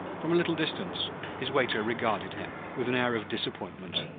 from a little distance his waiter regarded him, with an air of disappointment.